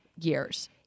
years